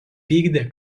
vykdė